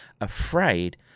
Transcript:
afraid